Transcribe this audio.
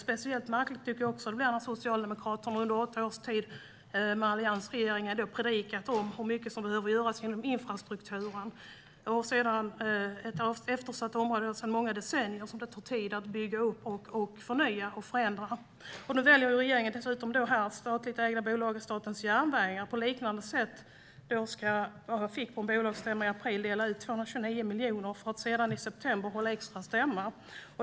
Speciellt märkligt tycker jag att det blir när Socialdemokraterna under åtta års tid, med alliansregeringen, har predikat om hur mycket som behöver göras inom infrastrukturen. Det är ett eftersatt område sedan många decennier som det tar tid att bygga upp, förnya och förändra. Nu väljer regeringen dessutom när det gäller det statligt ägda bolaget SJ att göra på liknande sätt. På en bolagsstämma i april delades det ut 229 miljoner. I september hölls en extra stämma.